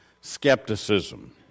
skepticism